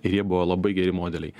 ir jie buvo labai geri modeliai